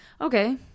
Okay